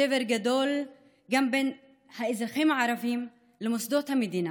שבר גדול גם בין האזרחים הערבים למוסדות המדינה,